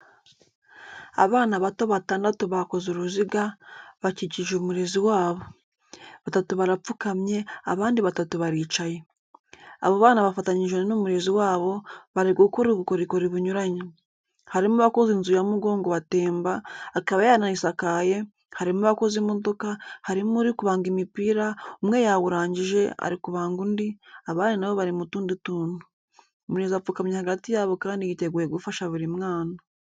Abana bato batandatu bakoze uruziga, bakikije umurezi wabo. Batatu barapfukamye, abandi batatu baricaye. Abo bana bafatanyije n'umurezi wabo, bari gukora ubukorikori bunyuranye. Harimo uwakoze inzu ya mugongo wa temba, akaba yanayisakaye, harimo uwakoze imodoka, harimo urimo kubanga imipira, umwe yawurangije, ari kubanga undi, abandi na bo bari mu tundi tuntu. Umurezi apfukamye hagati yabo kandi yiteguye gufasha buri mwana.